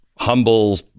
Humble